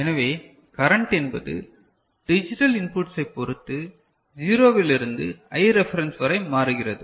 எனவே கரண்ட் என்பது டிஜிட்டல் இன்புட்ஸ்ஐ பொருத்து ஜீரோவிலிருந்து I ரெஃபரன்ஸ் வரை மாறுகிறது